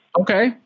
Okay